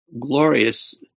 glorious